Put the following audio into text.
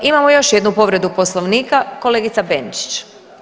Imamo još jednu povredu Poslovnika, kolegica Benčić.